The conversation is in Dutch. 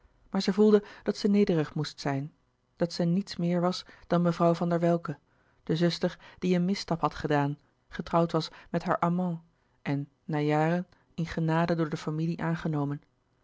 maar zij voelde dat zij nederig moest zijn dat zij niets meer was dan mevrouw van der welcke de zuster die een misstap had gedaan getrouwd was met haar amant en na jaren in genade door de familie aangenomen